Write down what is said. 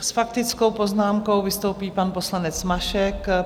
S faktickou poznámkou vystoupí pan poslanec Mašek.